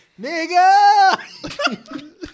nigga